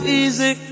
easy